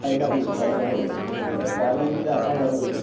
বাৰিষা পৰিল বাৰিষা হৈ গে এতিয়া খৰালি এতিয়া আধা যাবই এতিয়া